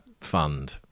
fund